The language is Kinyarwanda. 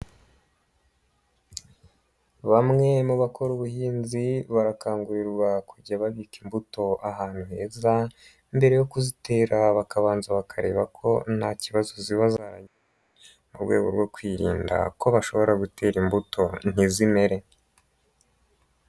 Bamwe mu bakora ubuhinzi barakangurirwa kujya babika imbuto ahantu heza mbere yo kuzitera bakabanza bakareba ko nta kibazo ziba zaragize mu rwego rwo kwirinda ko bashobora gutera imbuto ntizimere.